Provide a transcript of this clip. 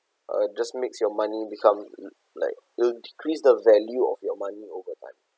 uh just makes your money become like it'll decrease the value of your money over time